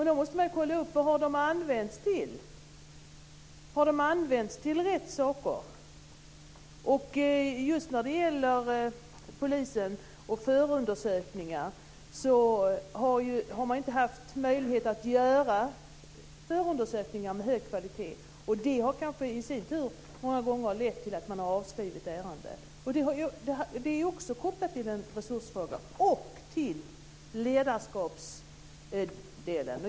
Då måste man ju kolla upp vad de har använts till. Har de använts till rätt saker? Just när det gäller polisen och förundersökningar vill jag säga att man inte har haft möjlighet att göra förundersökningar av hög kvalitet. Det har kanske i sin tur lett till att man många gånger har avskrivit ärenden. Det är också kopplat till en resursfråga och till ledarskapsdelen.